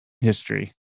history